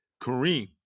Kareem